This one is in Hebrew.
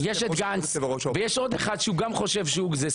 --- יש את גנץ ויש עוד אחד שהוא גם חושב לפעמים,